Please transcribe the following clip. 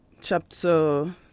Chapter